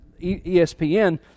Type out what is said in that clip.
ESPN